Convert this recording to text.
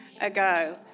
ago